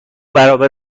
برابر